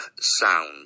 sound